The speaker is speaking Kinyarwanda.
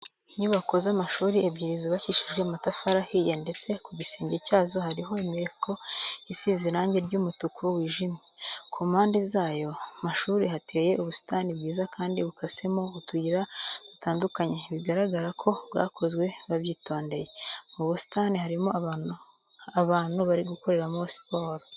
Inyubako z'amashuri ebyiri zubakishijwe amatafari ahiye ndetse ku gisenge cyazo hariho imireko isize irange ry'umutuku wijimye. Ku mpanze z'ayo mashuri hateye ubusitani bwiza kandi bukasemo utuyira dutandukanye bigaragara ko bwakozwe babyitondeye. Mu busitani harimo abantu bari gukoreramo siporo.